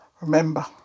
remember